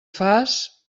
fas